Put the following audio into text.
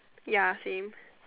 ya same